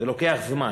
זה לוקח זמן,